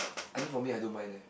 I think for me I don't mind leh